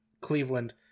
Cleveland